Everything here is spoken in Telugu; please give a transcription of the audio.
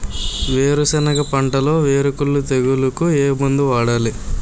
వేరుసెనగ పంటలో వేరుకుళ్ళు తెగులుకు ఏ మందు వాడాలి?